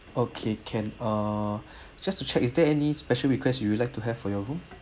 okay can uh just to check is there any special requests you would like to have for room